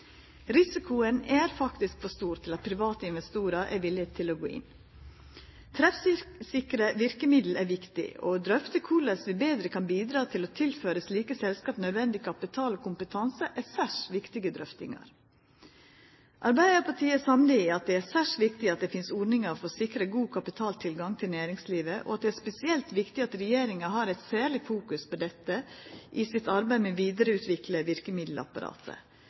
Risikoen er faktisk for stor til at private investorar er villige til å gå inn. Treffsikre verkemiddel er viktig, og å drøfta korleis vi betre kan bidra til å tilføra slike selskap nødvendig kapital og kompetanse, er særs viktig. Arbeidarpartiet er samd i at det er særs viktig at det finst ordningar for å sikra god kapitaltilgang til næringslivet, og at det er spesielt viktig at regjeringa har eit særleg fokus på dette i sitt arbeid med å vidareutvikla verkemiddelapparatet.